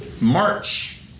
March